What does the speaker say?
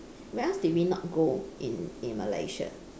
where else did we not go in in malaysia